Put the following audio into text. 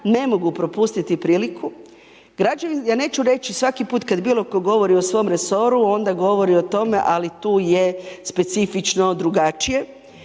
ne mogu propustiti priliku, ja neću reći svaki put kad bilo tko govori o svom resoru, onda govori o tome ali tu je specifično drugačije,